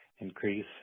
increase